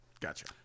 Gotcha